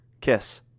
kiss